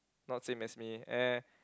not same as me eh